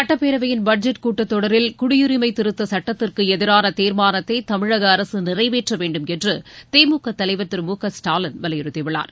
சட்டப்பேரவையின் பட்ஜெட் கூட்டத் தொடரில் குடியுரிமை திருத்தச் சட்டத்திற்கு எதிரான தீர்மானத்தை தமிழக அரசு நிறைவேற்ற வேண்டும் என்று திமுக தலைவர் திரு மு க ஸ்டாலின் வலியுறுத்தியுள்ளார்